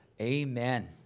amen